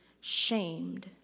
shamed